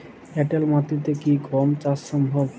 এঁটেল মাটিতে কি গম চাষ সম্ভব?